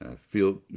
Feel